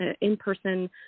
in-person